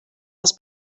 els